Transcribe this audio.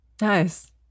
Nice